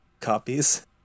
copies